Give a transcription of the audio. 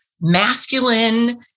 masculine